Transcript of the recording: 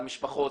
למשפחות,